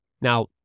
Now